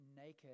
naked